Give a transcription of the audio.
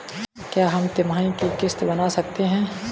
क्या हम तिमाही की किस्त बना सकते हैं?